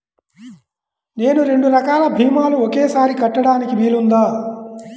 నేను రెండు రకాల భీమాలు ఒకేసారి కట్టడానికి వీలుందా?